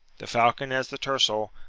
the falcon as the tercel,